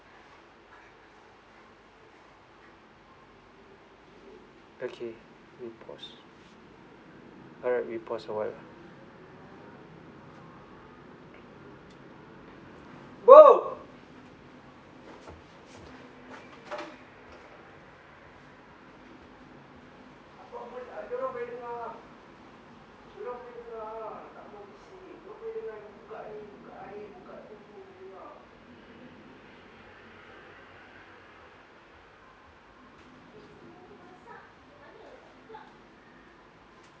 okay we pause alright we pause awhile